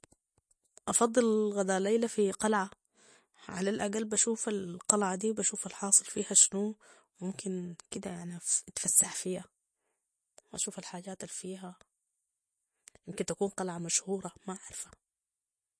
افضل قضاء ليله في قلعه ، علي الاقل بشوف القلعه دي وبشوف الحاصل فيها شنو وممكن كده يعني اتفسح فيا واشوف الحاجات الفيها ، إمكن تكون قلعه مشهوره ما عارفه